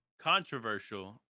Controversial